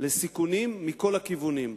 לסיכונים מכל הכיוונים.